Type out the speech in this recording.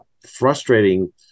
frustrating